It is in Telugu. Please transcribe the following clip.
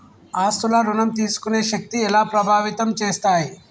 ఆస్తుల ఋణం తీసుకునే శక్తి ఎలా ప్రభావితం చేస్తాయి?